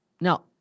Now